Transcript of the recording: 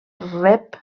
rep